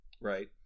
Right